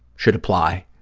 should apply